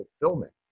fulfillment